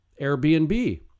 Airbnb